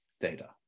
data